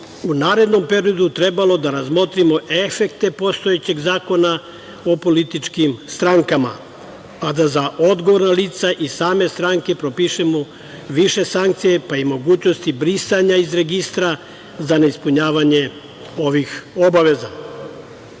u narednom periodu trebalo da razmotrimo efekte postojećeg zakona o političkim strankama, a da za odgovorna lica i same stranke propišemo više sankcija, pa i mogućnosti brisanja iz Registra za neispunjavanje ovih obaveza.U